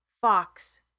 Fox